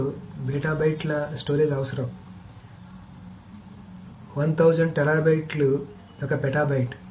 మీకు బీటా బైట్ల స్టోరేజ్ అవసరం 1000 టెరాబైట్లు ఒక పెటా బైట్